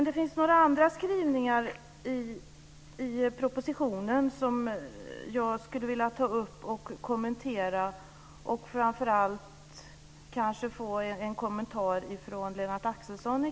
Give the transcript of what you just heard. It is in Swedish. Det finns några andra skrivningar i propositionen som jag skulle vilja ta upp och framför allt få en kommentar till från Lennart Axelsson.